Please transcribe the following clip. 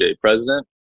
president